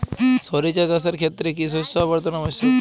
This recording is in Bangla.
সরিষা চাষের ক্ষেত্রে কি শস্য আবর্তন আবশ্যক?